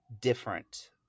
different